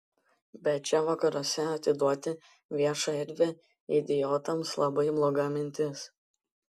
bet čia vakaruose atiduoti viešą erdvę idiotams labai bloga mintis